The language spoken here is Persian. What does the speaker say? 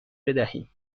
بدهیم